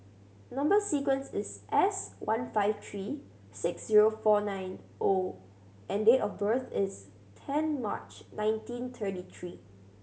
number sequence is S one five three six zero four nine O and date of birth is ten March nineteen thirty three